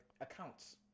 accounts